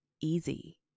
easy